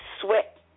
sweat